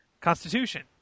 Constitution